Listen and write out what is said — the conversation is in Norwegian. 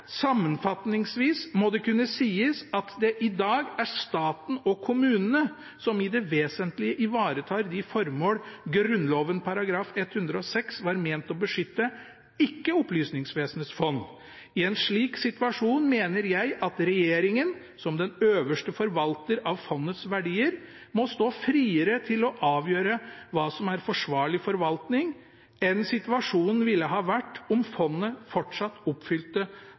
må det kunne sies at det i dag er staten og kommunene som i det vesentlige ivaretar de formål Grunnloven § 106 var ment å beskytte, ikke Opplysningsvesenets fond. I en slik situasjon mener jeg at regjeringen – som den øverste forvalter av fondets verdier – må stå friere til å avgjøre hva som er forsvarlig forvaltning, enn situasjonen ville ha vært om fondet fortsatt oppfylte